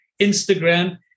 Instagram